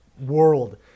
world